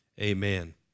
amen